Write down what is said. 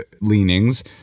leanings